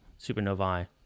supernovae